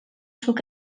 zuk